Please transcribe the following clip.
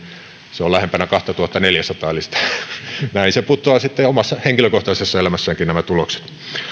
se on lähempänä kahtatuhattaneljääsataa näin nämä tulokset putoavat sitten omassa henkilökohtaisessa elämässäkin